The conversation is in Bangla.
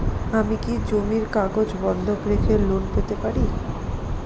আমি কি জমির কাগজ বন্ধক রেখে লোন পেতে পারি?